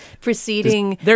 preceding